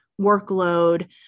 workload